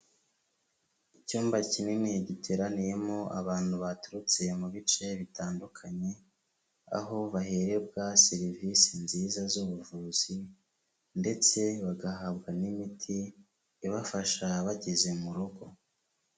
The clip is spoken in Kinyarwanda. Icyumba kinini giteraniyemo abantu baturutse mu bice bitandukanye, aho bahererwa serivisi nziza z'ubuvuzi ndetse bagahabwa n'imiti, ibafasha bageze mu rugo.